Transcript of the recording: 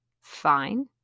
fine